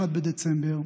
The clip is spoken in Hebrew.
1 בדצמבר,